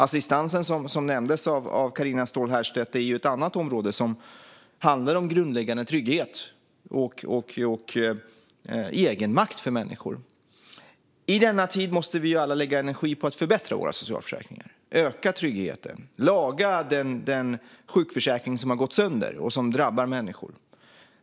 Assistansen, som nämndes av Carina Ståhl Herrstedt, är ett annat område som handlar om grundläggande trygghet och egenmakt för människor. I denna tid måste vi alla lägga energi på att förbättra våra socialförsäkringar, öka tryggheten och laga den sjukförsäkring som har gått sönder, vilket drabbar människor.